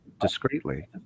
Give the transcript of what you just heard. discreetly